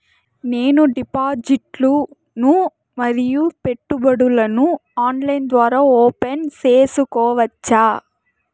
నేను డిపాజిట్లు ను మరియు పెట్టుబడులను ఆన్లైన్ ద్వారా ఓపెన్ సేసుకోవచ్చా?